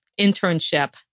internship